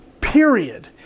period